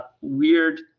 weird